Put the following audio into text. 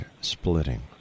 splitting